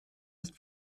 ist